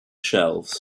shelves